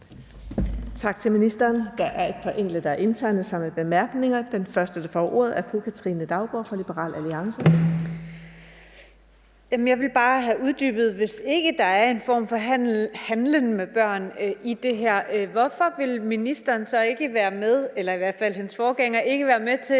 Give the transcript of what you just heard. Tak til ministeren. Der er et par enkelte, der har indtegnet sig med korte bemærkninger. Den første, der får ordet, er fru Katrine Daugaard fra Liberal Alliance. Kl. 12:04 Katrine Daugaard (LA): Jeg vil bare have uddybet, hvis ikke der er en form for handel med børn i det her, hvorfor ville ministeren eller i hvert fald hendes forgænger så ikke være med til